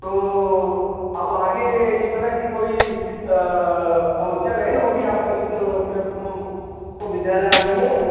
तो अब आगे इस तरह की कोई समस्या नहीं न होगी आपकी को विद्यालय आने में